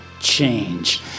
change